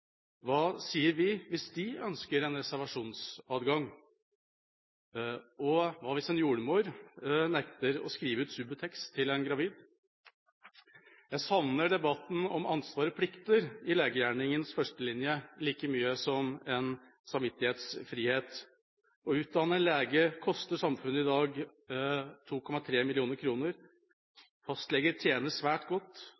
Hva sier vi hvis de ønsker en reservasjonsadgang? Og hva hvis en jordmor nekter å skrive ut Subutex til en gravid? Jeg savner debatten om ansvar og plikter i legegjerningens førstelinje like mye som den om samvittighetsfrihet. Å utdanne en lege koster samfunnet i dag 2,3